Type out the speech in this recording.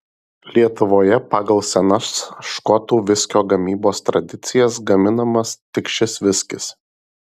lietuvoje pagal senas škotų viskio gamybos tradicijas gaminamas tik šis viskis